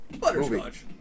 butterscotch